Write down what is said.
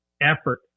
effort